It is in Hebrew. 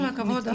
עם כל הכבוד,